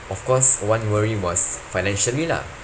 of course one worry was financially lah